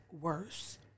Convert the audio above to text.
worse